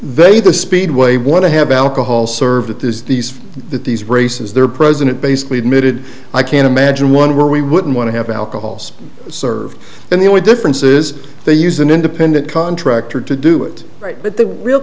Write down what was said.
they the speedway want to have alcohol served it is these that these races their president basically admitted i can't imagine one where we wouldn't want to have alcohols serve and the only difference is they use an independent contractor to do it right but the real